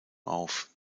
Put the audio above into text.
auf